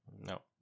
No